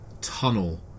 tunnel